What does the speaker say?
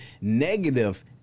negative